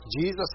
Jesus